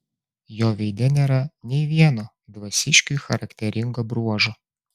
jo veide nėra nė vieno dvasiškiui charakteringo bruožo